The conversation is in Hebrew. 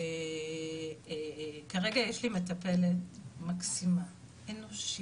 וכרגע יש לי מטפלת מקסימה, אנושית,